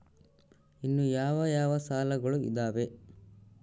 ಇನ್ನು ಯಾವ ಯಾವ ಸಾಲಗಳು ಇದಾವೆ?